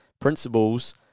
principles